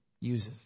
uses